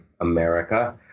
America